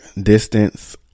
distance